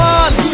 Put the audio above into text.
one